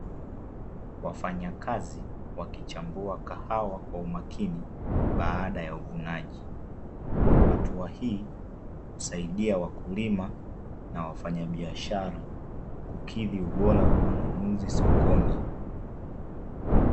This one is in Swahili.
Wafanyakazi wakichambua kahawa kwa umakini, baada ya uvunaji. Hatua hii husaidia wakulima na wafanyabiashara, kukidhi ubora wa wanunuzi sokoni.